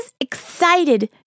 excited